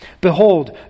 Behold